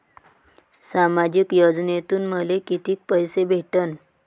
सामाजिक योजनेतून मले कितीक पैसे भेटन?